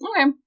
okay